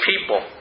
people